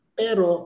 pero